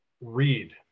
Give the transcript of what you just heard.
read